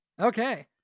Okay